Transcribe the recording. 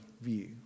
view